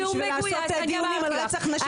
ולעשות דיונים על רצח נשים,